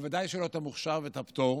ובוודאי לא המוכש"ר והפטור.